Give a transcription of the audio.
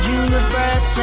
universe